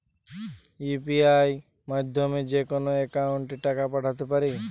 UPI মাধ্যমে যেকোনো একাউন্টে টাকা পাঠাতে পারি?